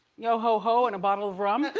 yo ho ho and a bottle of rum?